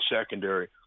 secondary